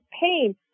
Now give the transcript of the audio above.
pain